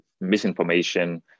misinformation